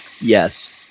yes